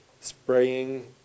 spraying